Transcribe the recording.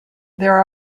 there